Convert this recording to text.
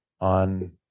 on